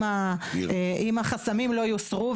אם החסמים לא יוסרו,